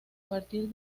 partir